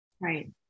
Right